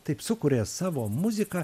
taip sukuria savo muziką